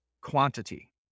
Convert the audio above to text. quantity